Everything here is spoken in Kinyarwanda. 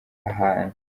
ahantu